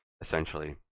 essentially